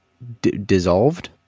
Dissolved